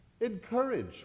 Encourage